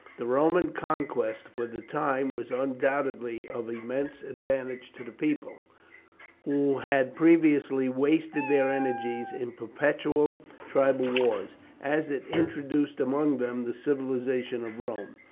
the roman conquest for the time was undoubtedly of immense advantage to the people who had previously wasted their energies in perpetual tribal wars as it introduced among them the civilization of rome.